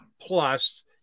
Plus